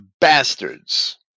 bastards